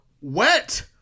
wet